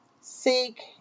Seek